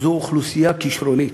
שזו אוכלוסייה כישרונית,